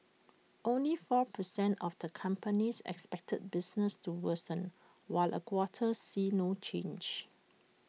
only four percent of the companies expected business to worsen while A quarter see no change